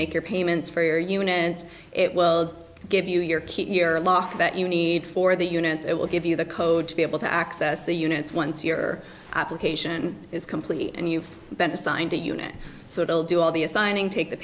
make your payments for human and it will give you your keep your loss that you need for the units it will give you the code to be able to access the units once your application is complete and you've been assigned a unit so it'll do all the assigning take the